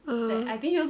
(uh huh)